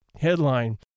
Headline